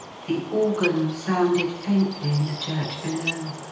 the organ sounded faintly in the church below.